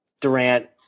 Durant